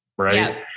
right